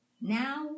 now